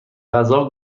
غذا